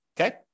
Okay